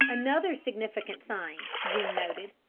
another significant sign jean noted,